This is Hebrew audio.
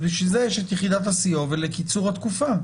בשביל זה יש את יחידת הסיוע ולקיצור התקופה.